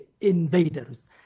invaders